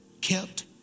kept